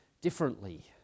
differently